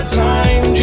time